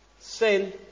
Sin